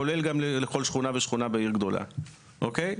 כולל גם לכל שכונה ושכונה בעיר גדולה, אוקיי?